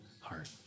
heart